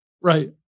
Right